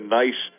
nice